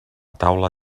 taula